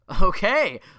Okay